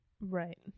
Right